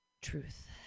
Truth